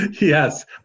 Yes